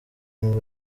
muri